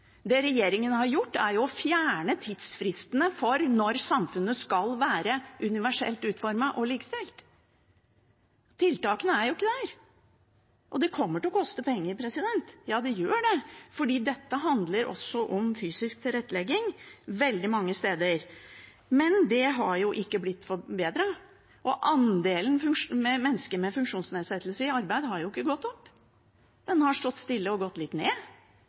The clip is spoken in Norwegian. Det regjeringen har gjort, er å fjerne tidsfristene for når samfunnet skal være universelt utformet og likestilt. Tiltakene er jo ikke der. Og det kommer til å koste penger. Ja, det gjør det, for dette handler også om fysisk tilrettelegging veldig mange steder. Men det har ikke blitt forbedret, og andelen mennesker med funksjonsnedsettelse i arbeid har jo ikke gått opp, den har stått stille eller gått litt ned.